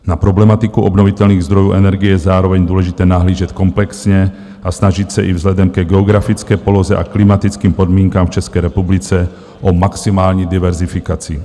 Na problematiku obnovitelných zdrojů energie je zároveň důležité nahlížet komplexně a snažit se i vzhledem ke geografické poloze a klimatickým podmínkám v České republice o maximální diverzifikaci.